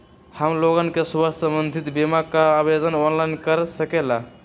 हमन लोगन के स्वास्थ्य संबंधित बिमा का आवेदन ऑनलाइन कर सकेला?